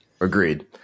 Agreed